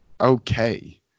okay